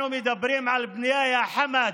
אנחנו מדברים על בנייה, יא חמד,